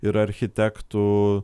ir architektų